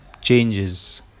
changes